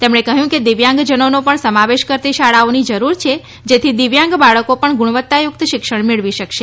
તેમણે કહ્યું કે દિવ્યાંગજનોને પણ સમાવેશ કરતી શાળાઓની જરૂર છે જેથી દિવ્યાંગ બાળકો પણ ગુણવત્તાયુક્ત શિક્ષણ મેળવી શકશે